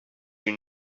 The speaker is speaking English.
you